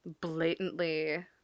blatantly